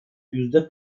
yüzde